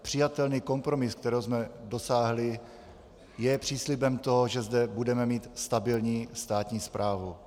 Přijatelný kompromis, kterého jsme dosáhli, je příslibem toho, že zde budeme mít stabilní státní správu.